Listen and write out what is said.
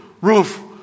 roof